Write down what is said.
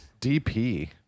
DP